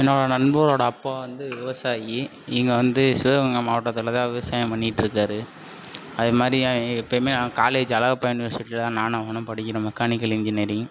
என்னோடய நண்பரோடய அப்பா வந்து விவசாயி இங்கே வந்து சிவகங்கை மாவட்டத்தில் தான் விவசாயம் பண்ணிட்டிருக்காரு அது மாதிரி எப்பவுமே காலேஜ் அழகப்பா யூனிவர்சிட்டியில் தான் நானும் அவனும் படிக்கிறோம் மெக்கானிக்கல் இன்ஜினியரிங்